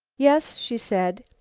yes, she said,